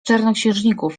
czarnoksiężników